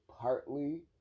partly